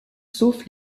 sauf